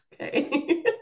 Okay